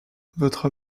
votre